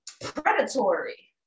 predatory